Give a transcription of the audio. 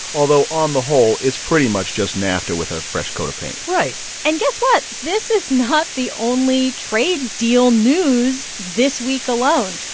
although on the whole, it's pretty much just nafta with a fresh coat of paint right and guess what? this is not the only trade deal news this week alone.